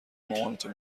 مامانتو